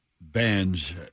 bands